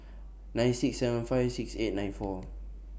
nine six seven five six eight nine four